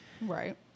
Right